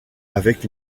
avec